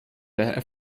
der